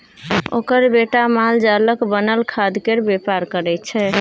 ओकर बेटा मालजालक बनल खादकेर बेपार करय छै